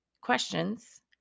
questions